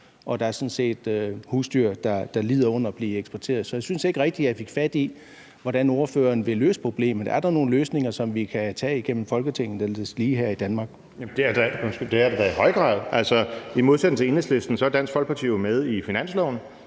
sådan set husdyr, der lider under at blive eksporteret. Så jeg synes ikke rigtig, jeg fik fat i, hvordan ordføreren vil løse problemet. Er der nogle løsninger, som vi kan tage igennem Folketinget eller deslige her i Danmark? Kl. 20:21 Morten Messerschmidt (DF): Det er der da i høj grad. I modsætning til Enhedslisten er Dansk Folkeparti jo med i finansloven,